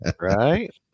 Right